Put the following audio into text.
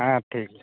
ᱦᱮᱸ ᱴᱷᱤᱠ ᱜᱮᱭᱟ